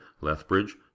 lethbridge